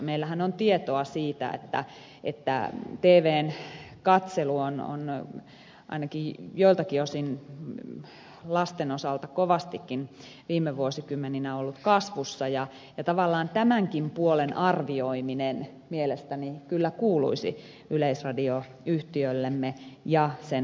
meillähän on tietoa siitä että tvn katselu on ainakin joiltakin osin lasten osalta kovastikin viime vuosikymmeninä ollut kasvussa ja tavallaan tämänkin puolen arvioiminen mielestäni kyllä kuuluisi yleisradioyhtiöllemme ja sen hallintoneuvostolle